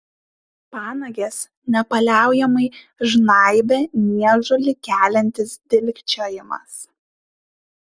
panages nepaliaujamai žnaibė niežulį keliantis dilgčiojimas